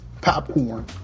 Popcorn